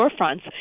storefronts